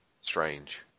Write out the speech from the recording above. strange